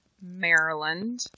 Maryland